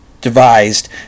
devised